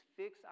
fix